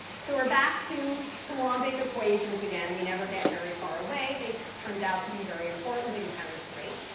so we're back to coulombic equations again. we never get very far away. they turn out to be very important in chemistry.